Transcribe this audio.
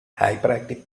hyperactive